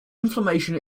inflammation